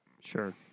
Sure